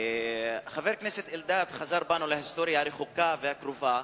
חבר הכנסת אלדד חזר להיסטוריה הרחוקה והקרובה,